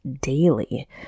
daily